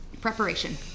preparation